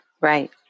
Right